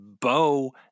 Bo